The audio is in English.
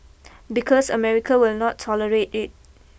because America will not tolerate it